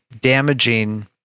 damaging